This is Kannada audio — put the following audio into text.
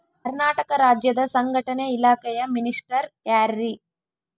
ಕರ್ನಾಟಕ ರಾಜ್ಯದ ಸಂಘಟನೆ ಇಲಾಖೆಯ ಮಿನಿಸ್ಟರ್ ಯಾರ್ರಿ?